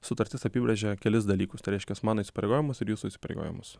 sutartis apibrėžia kelis dalykus tai reiškias mano įsipareigojimus ir jūsų įsipareigojimus